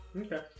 Okay